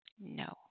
No